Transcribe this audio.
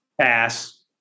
Pass